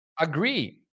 agree